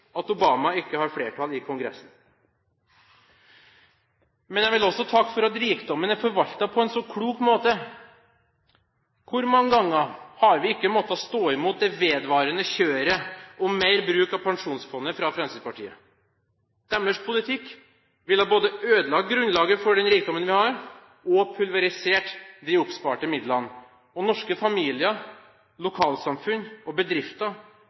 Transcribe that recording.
at Obama ikke har flertall i Kongressen. Men jeg vil også takke for at rikdommen er forvaltet på en så klok måte. Hvor mange ganger har vi ikke måttet stå imot det vedvarende kjøret om mer bruk av pensjonsfondet fra Fremskrittspartiet? Deres politikk ville både ødelegge grunnlaget for den rikdommen vi har, og pulverisere de oppsparte midlene. Norske familier, lokalsamfunn og bedrifter